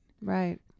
Right